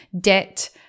debt